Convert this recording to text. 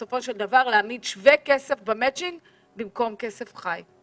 בסופו של דבר להעמיד שווה כסף במצ'ינג במקום כסף חי.